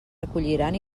recolliran